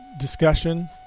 discussion